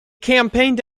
campaigned